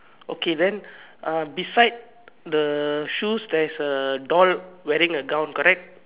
okay then uh beside the shoes theres a doll wearing a gown correct